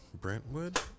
Brentwood